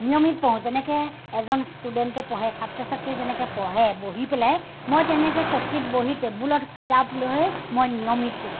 নিয়মিত পঢ়ো যেনেকৈ এজন ষ্টুডেণ্টে পঢ়ে ছাত্ৰ ছাত্ৰীয়ে যেনেকৈ পঢ়ে বহি পেলাই মই তেনেকৈ চকীত বহি টেবুলত কিতাপ লৈ মই নিয়মিত পঢ়ো